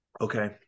Okay